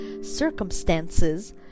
circumstances